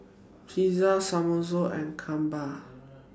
Pizza Samosa and Kimbap